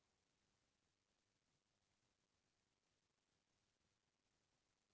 का सीढ़ीनुमा खेती लगा के चाय के उत्पादन सम्भव हे?